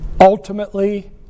Ultimately